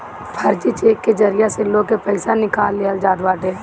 फर्जी चेक के जरिया से लोग के पईसा निकाल लिहल जात बाटे